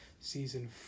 Season